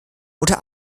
unter